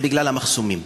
זה בגלל המחסומים.